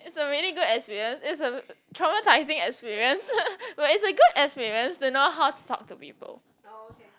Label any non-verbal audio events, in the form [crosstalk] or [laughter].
is a really good experience is a traumatizing experience [laughs] but is a good experience you know how to talk to people